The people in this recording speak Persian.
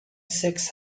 سکس